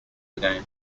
again